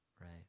right